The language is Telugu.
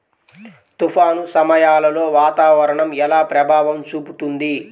తుఫాను సమయాలలో వాతావరణం ఎలా ప్రభావం చూపుతుంది?